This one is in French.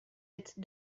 êtes